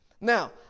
Now